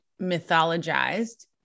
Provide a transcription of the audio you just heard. mythologized